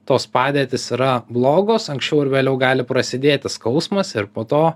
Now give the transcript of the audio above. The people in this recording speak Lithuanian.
tos padėtys yra blogos anksčiau ar vėliau gali prasidėti skausmas ir po to